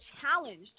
challenged